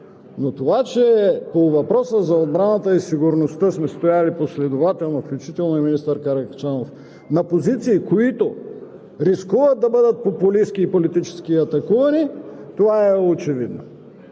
Но това, че по въпроса за отбраната и сигурността сме стояли последователно, включително и министър Каракачанов, на позиции, които рискуват да бъдат популистки и политически атакувани, това е очевидно.